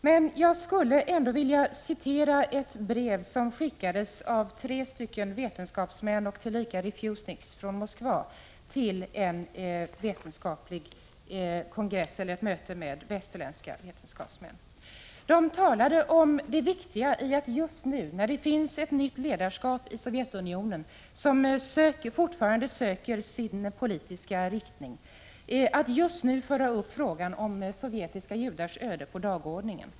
Men jag skulle ändå vilja återge vad som står i ett brev som skickades av tre vetenskapsmän, tillika refusniks, från Moskva till ett möte med västerländska vetenskapsmän. De talar där om vikten av att just nu — med ett nytt ledarskap i Sovjetunionen som fortfarande söker sin politiska riktning — föra upp frågan om sovjetiska judars öde på dagordningen.